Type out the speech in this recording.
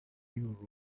new